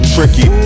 Tricky